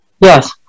Yes